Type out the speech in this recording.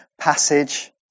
passage